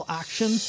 action